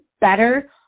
better